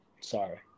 Sorry